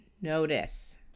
notice